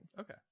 Okay